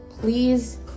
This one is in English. please